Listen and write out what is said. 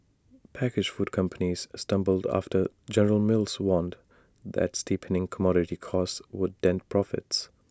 packaged food companies stumbled after general mills warned that steepening commodity costs would dent profits